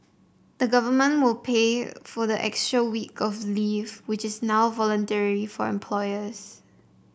the government will pay for the extra week of leave which is now voluntary for employers